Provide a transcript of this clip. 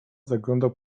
zaglądał